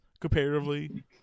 comparatively